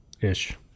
ish